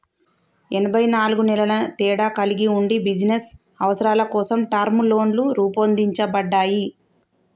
ఎనబై నాలుగు నెలల తేడా కలిగి ఉండి బిజినస్ అవసరాల కోసం టర్మ్ లోన్లు రూపొందించబడ్డాయి